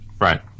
Right